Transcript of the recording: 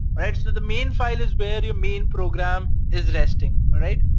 right? so the main file is where your main program is resting, alright?